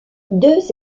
deux